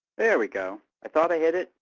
there we go. i thought i hit it,